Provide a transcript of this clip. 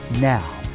now